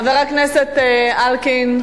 חבר הכנסת אלקין.